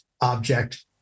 object